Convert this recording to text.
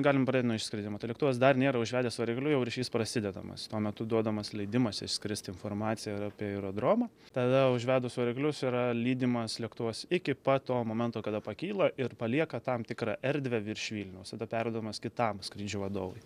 galim pradėt nuo išskridimo tai lėktuvas dar nėra užvedęs variklių jau ryšys prasidedamas tuo metu duodamas leidimas išskristi informacija ir apie aerodromą tada užvedus variklius yra lydimas lėktuvas iki pat to momento kada pakyla ir palieka tam tikrą erdvę virš vilniaus tada perduodamas kitam skrydžių vadovui